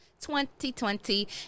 2020